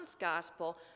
gospel